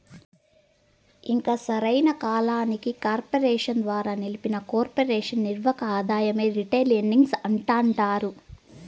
ఇక సరైన కాలానికి కార్పెరేషన్ ద్వారా నిలిపిన కొర్పెరేషన్ నిర్వక ఆదాయమే రిటైల్ ఎర్నింగ్స్ అంటాండారు